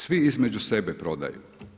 Svi između sebe prodaju.